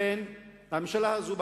הממשלה הזאת,